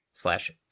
slash